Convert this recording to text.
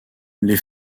les